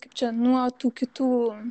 kaip čia nuo tų kitų